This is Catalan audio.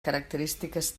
característiques